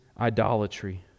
idolatry